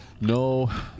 no